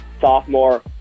sophomore